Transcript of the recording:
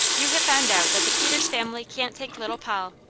you have found out that the peters family can't take little poll.